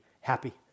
Happy